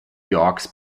yorks